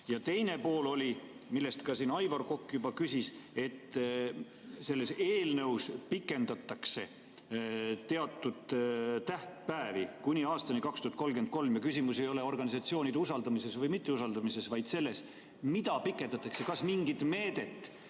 Ja teine pool on see, mille kohta Aivar Kokk ka juba küsis. Selles eelnõus pikendatakse teatud tähtpäevi kuni aastani 2033. Küsimus ei ole organisatsioonide usaldamises või mitteusaldamises, vaid selles, mida pikendatakse. Kas mingit meedet,